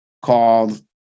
called